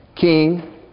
king